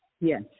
yes